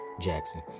Jackson